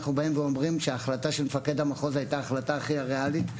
אנחנו אומרים שההחלטה של מפקד המחוז היתה החלטה ריאלית.